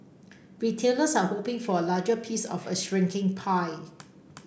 retailers are hoping for a larger piece of a shrinking pie